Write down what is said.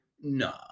No